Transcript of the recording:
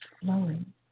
flowing